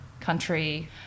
country